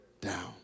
down